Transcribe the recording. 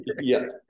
yes